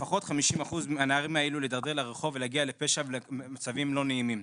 לפחות 50% מהנערים האלו להתדרדר לרחוב ולהגיע לפשע ולמצבים לא נעימים.